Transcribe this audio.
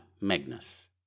MAGNUS